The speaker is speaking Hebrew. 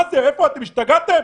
האם השתגעתם?